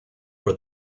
for